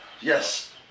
Yes